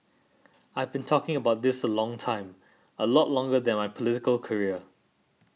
I've been talking about this a long time a lot longer than my political career